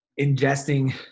ingesting